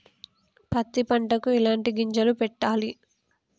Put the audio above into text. పత్తి పంటకి ఎలాంటి గింజలు పెట్టాలి?